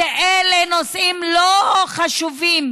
אלה נושאים לא חשובים